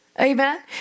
Amen